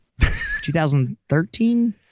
2013